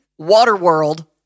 Waterworld